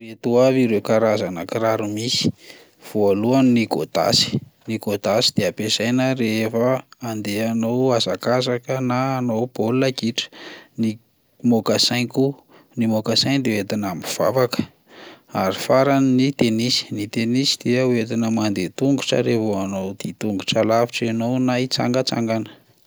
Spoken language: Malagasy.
Ireto avy ireo karazana kiraro misy: voalohany ny gôdasy, ny gôdasy dia ampiasaina rehefa handeha hanao hazakazaka na hanao baolina kitra; ny mocassin koa, ny mocassin dia hoentina mivavaka; ary farany ny tenisy, ny tenisy dia hoentina mandeha tongotra raha vao hanao dian-tongotra lavitra ianao na hitsangatsangana.